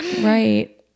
Right